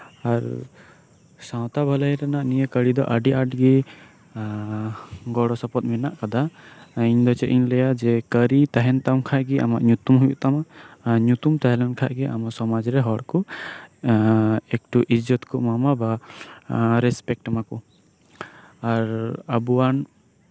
ᱟᱨ ᱥᱟᱶᱛᱟ ᱵᱷᱟᱹᱞᱟᱹᱭ ᱨᱮᱱᱟᱜ ᱱᱤᱭᱟᱹ ᱠᱟᱹᱨᱤᱫᱚ ᱟᱹᱰᱤ ᱟᱴᱜᱮ ᱜᱚᱲᱚ ᱥᱚᱯᱚᱦᱚᱫ ᱢᱮᱱᱟᱜ ᱟᱠᱟᱫᱟ ᱤᱧᱫᱚ ᱪᱮᱫᱤᱧ ᱞᱟᱹᱭᱟ ᱡᱮ ᱠᱟᱹᱨᱤ ᱛᱟᱦᱮᱱ ᱛᱟᱢ ᱠᱷᱟᱱᱜᱮ ᱟᱢᱟᱜ ᱧᱩᱛᱩᱢ ᱦᱳᱭᱳᱜ ᱛᱟᱢᱟ ᱧᱩᱛᱩᱢ ᱛᱟᱦᱮᱸ ᱞᱮᱱᱠᱷᱟᱱᱜᱮ ᱟᱢᱟᱜ ᱥᱚᱢᱟᱡᱽ ᱨᱮ ᱦᱚᱲᱠᱚ ᱮᱠᱴᱩ ᱤᱡᱽᱡᱚᱛᱠᱚ ᱮᱢᱟᱢᱟ ᱵᱟ ᱨᱮᱥᱯᱮᱠᱴ ᱟᱢᱟᱠᱚ ᱟᱨ ᱟᱵᱚᱣᱟᱱ